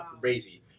Crazy